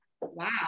wow